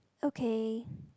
okay